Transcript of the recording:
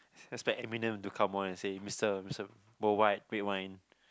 then you expect have to come on and say mister mister worldwide red wine